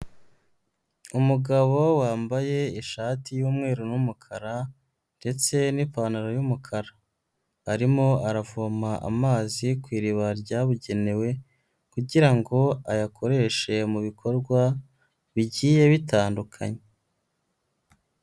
Umugabo wambaye ishati y'umweru n'umukara ndetse n'ipantaro y'umukara, arimo aravoma amazi ku iriba ryabugenewe kugira ngo ayakoreshe mu bikorwa bigiye bitandukanye.